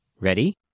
Ready